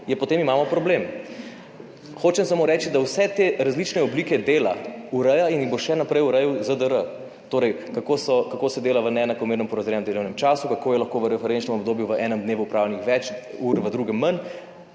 je, potem imamo problem. Hočem samo reči, da vse te različne oblike dela ureja in jih bo še naprej urejal ZDR. Torej, kako so, kako se dela v neenakomerno po razrednem delovnem času, kako je lahko v referenčnem obdobju v enem dnevu opravljenih več ur, v drugem manj.